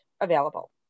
available